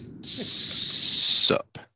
Sup